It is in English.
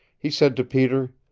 he said to peter,